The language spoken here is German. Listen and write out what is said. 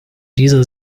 dieser